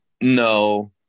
No